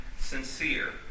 sincere